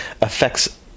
affects